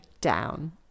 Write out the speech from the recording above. down